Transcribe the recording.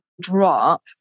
drop